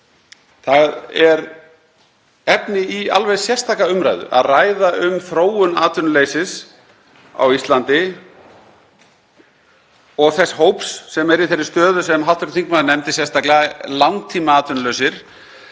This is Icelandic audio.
Það er efni í alveg sérstaka umræðu að ræða um þróun atvinnuleysis á Íslandi og þess hóps sem er í þeirri stöðu sem hv. þingmaður nefndi sérstaklega, langtímaatvinnulausir.